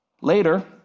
Later